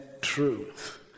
truth